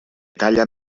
talla